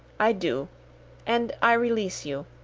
i do and i release you.